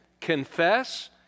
confess